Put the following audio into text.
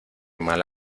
mal